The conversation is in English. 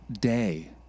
day